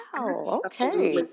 Okay